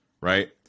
right